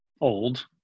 old